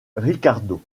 riccardo